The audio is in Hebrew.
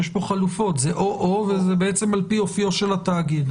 חלופות או-או, וזה לפי אופיו של התאגיד.